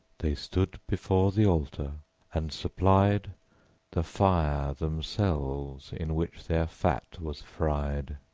they stood before the altar and supplied the fire themselves in which their fat was fried.